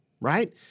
right